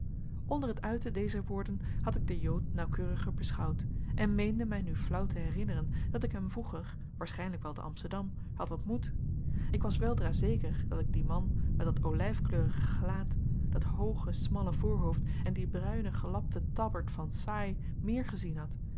onder het uiten dezer woorden had ik den jood naauwkeuriger beschouwd en meende mij nu flaauw te herinneren dat ik hem vroeger waarschijnlijk wel te amsterdam had ontmoet ik was weldra zeker dat ik dien man met dat olijfkleurige gelaat dat hooge smalle voorhoofd en dien bruinen gelapten tabberd van saai meer gezien had